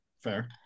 fair